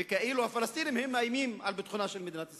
וכאילו הפלסטינים מאיימים על ביטחונה של מדינת ישראל.